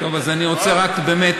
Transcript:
בחוק הזה אני רוצה באמת,